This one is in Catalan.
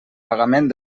pagament